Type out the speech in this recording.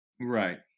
Right